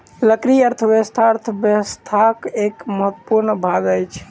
लकड़ी अर्थव्यवस्था अर्थव्यवस्थाक एक महत्वपूर्ण भाग अछि